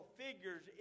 figures